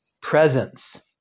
presence